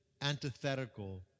antithetical